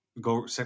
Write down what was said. Go